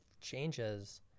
changes